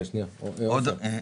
עוד מעט.